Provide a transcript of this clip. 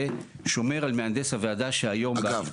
זה שומר על מהנדס הוועדה שהיום --- אגב,